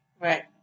Right